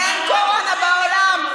אין קורונה בעולם?